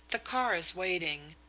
the car is waiting.